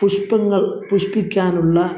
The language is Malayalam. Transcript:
പുഷ്പങ്ങള് പുഷ്പിക്കാനുള്ള